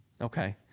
Okay